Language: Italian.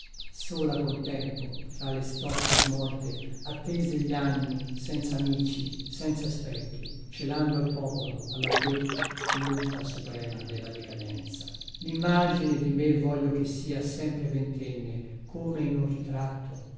sola col tempo tra le stoffe smorte attese gli anni senzamici senza specchi celando al popolo alla corte lonta suprema della decadenza i limmagine di me voglio che sia sempre ventenne come in un ritratto